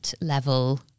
level